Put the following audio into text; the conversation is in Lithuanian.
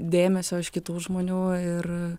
dėmesio iš kitų žmonių ir